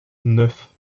neuf